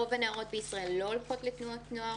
רוב הנערות בישראל לא הולכות לתנועות נוער